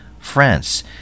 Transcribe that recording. France